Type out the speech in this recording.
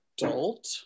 adult